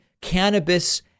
cannabis